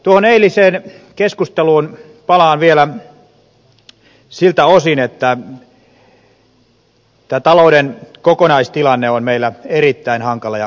tuohon eiliseen keskusteluun palaan vielä siltä osin että tämä talouden kokonaistilanne on meillä erittäin hankala ja haasteellinen